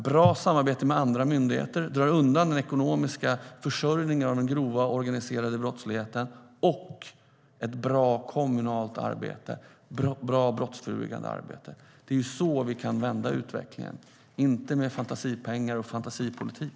Bra samarbete med andra myndigheter drar undan den ekonomiska försörjningen av den grova organiserade brottsligheten. Och med ett bra kommunalt arbete och bra brottsförebyggande arbete kan vi vända utvecklingen, inte med fantasipengar och fantasipolitik.